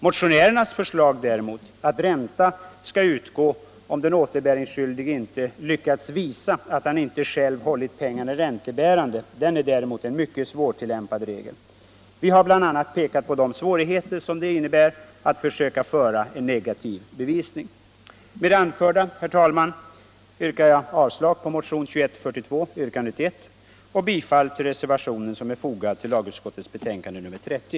Motionärernas förslag däremot, att ränta skall utgå om den återbäringsskyldige inte lyckats visa att han inte själv hållit pengarna räntebärande, är en mycket svårtillämpad regel. Vi har bl.a. pekat på de svårigheter som det innebär att söka föra en negativ bevisning. Med den anförda, herr talman, hemställer jag om avslag på motionen 2142, yrkandet 1 och bifall till reservationen som är fogad vid lagutskottets betänkande nr 30.